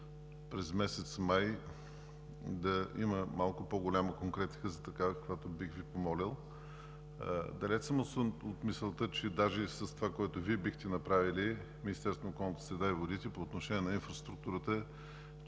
през месец май, да има малко по-голяма конкретика, за каквато бих Ви помолил. Далеч съм от мисълта, че даже с това, което Вие бихте направили с Министерството на околната среда и водите по отношение на инфраструктурата,